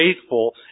faithful